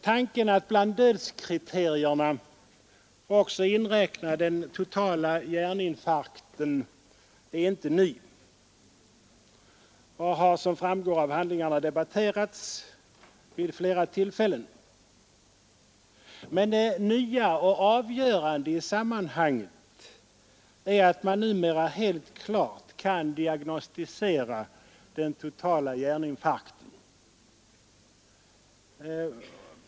Tanken att bland dödskriterierna också inräkna den totala hjärninfarkten är inte ny utan har, som framgår av handlingarna, debatterats vid flera tillfällen. Men det nya och avgörande i sammanhanget är att man numera helt klart kan diagnostisera den totala hjärninfarkten.